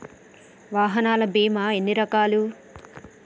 వాహనాల బీమా ఎన్ని రకాలు?